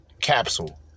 Capsule